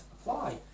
apply